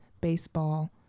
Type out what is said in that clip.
baseball